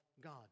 God